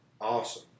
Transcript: awesome